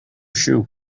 shoe